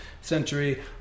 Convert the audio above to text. century